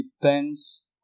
depends